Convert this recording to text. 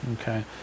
Okay